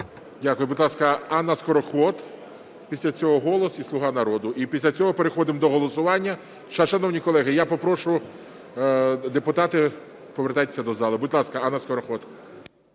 Дякую. Будь ласка, Анна Скороход, після цього "Голос" і "Слуга народу". І після цього переходимо до голосування. Шановні колеги, я попрошу, депутати, повертайтесь до зали. Будь ласка, Анна Скороход.